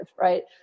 Right